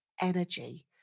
energy